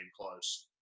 close